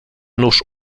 nóż